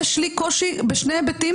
יש לי קושי בשני היבטים,